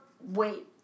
wait